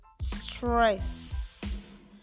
stress